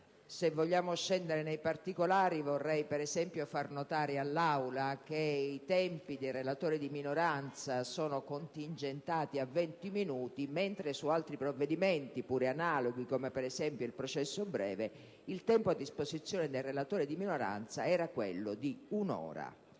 Se vogliamo scendere nei particolari, vorrei per esempio far notare all'Assemblea che i tempi del relatore di minoranza sono contingentati a venti minuti, mentre su altri provvedimenti, pure analoghi, come il processo breve, il tempo a disposizione del relatore di minoranza era di un'ora.